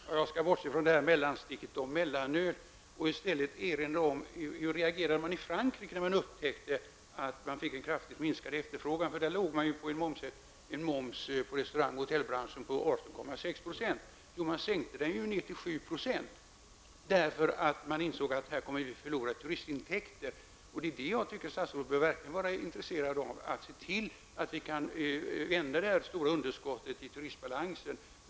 Herr talman! Jag skall bortse från resonemanget om mellanöl och i stället erinra om hur man reagerade i Frankrike när man upptäckte att det blev en kraftigt minskad efterfrågan. Där var ju momsen i restaurang och hotellbranschen 18,6 %. Man sänkte momsen till 7 %, eftersom man insåg att man skulle förlora turistintäkter. Därför tycker jag att statsrådet bör vara intresserad av att se till att vi kan vända det stora underskottet i turistbalansen.